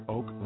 Oak